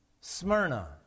Smyrna